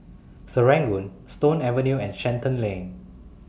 Serangoon Stone Avenue and Shenton Lane